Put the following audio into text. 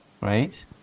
right